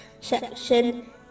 section